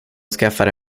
skaffade